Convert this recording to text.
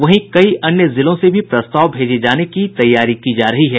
वहीं कई अन्य जिलों से भी प्रस्ताव भेजे जाने की तैयारी की जा रही है